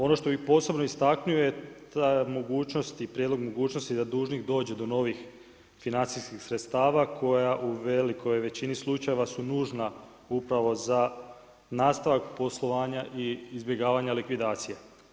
Ono što bih posebno istaknuo ta mogućnost i prijedlog mogućnosti da dužnik dođe do novih financijskih sredstava koja u velikoj većini slučajeva su nužna upravo za nastavak poslovanja i izbjegavanja likvidacija.